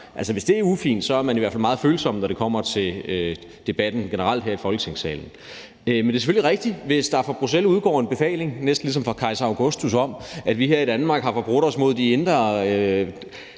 Hvis det er ufint, er man i hvert fald meget følsom, når det kommer til debatten generelt her i Folketingssalen. Men det er selvfølgelig rigtigt, at hvis der fra Bruxelles udgår en befaling – næsten ligesom fra Kejser Augustus – om, at vi her i Danmark har forbrudt os mod det indre